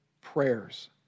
prayers